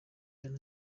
ari